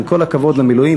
עם כל הכבוד למילואים,